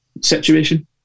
situation